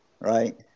Right